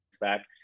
Back